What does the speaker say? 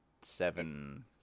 seven